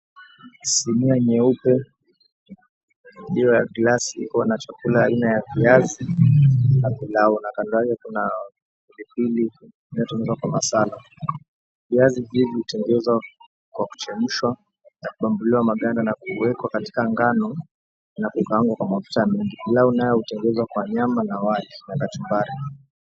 Sinia nyeupe iliyo ya glassi iko na chakula aina ya viazi na pilau na kando yake, kuna pilipili iliyo tengenezwa kwa masala viazi hivi hutengenezwa kwa kuchemshwa na kutolewa maganda na kuwekwa katika ngano na kukaangwa kwa mafuta mingi pilau nayo hutengenezwa kwa nyama , na wali na kachumbari.